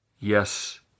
Yes